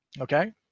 Okay